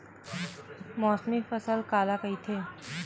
मौसमी फसल काला कइथे?